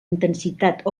intensitat